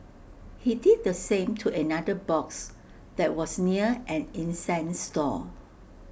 he did the same to another box that was near an incense stall